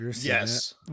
Yes